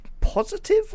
positive